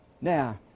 Now